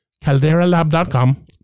calderalab.com